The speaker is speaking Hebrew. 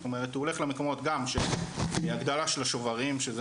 זאת אומרת הוא הולך למקומות שגם הגדרה של השוברים שזה